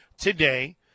today